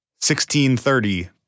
1630